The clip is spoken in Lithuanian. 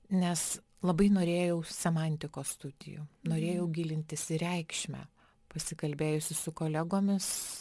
nes labai norėjau semantikos studijų norėjau gilintis į reikšmę pasikalbėjusi su kolegomis